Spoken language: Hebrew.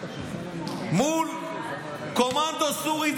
מול קומנדו סורי,